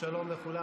שלום לכולם.